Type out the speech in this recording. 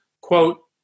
quote